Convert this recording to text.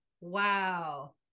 wow